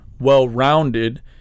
well-rounded